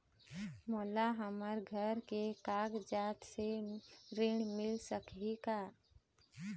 मोला हमर घर के कागजात से ऋण मिल सकही का?